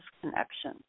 connection